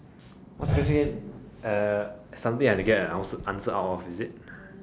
what's the question again uh something I will get an ans~ answer out of is it